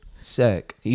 Sick